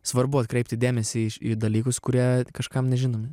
svarbu atkreipti dėmesį į į dalykus kurie kažkam nežinomi